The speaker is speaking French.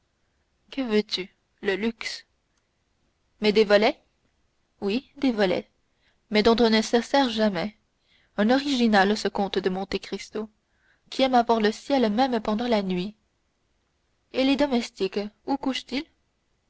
que veux-tu le luxe mais des volets oui des volets mais dont on ne se sert jamais un original ce comte de monte cristo qui aime à voir le ciel même pendant la nuit et les domestiques où couchent ils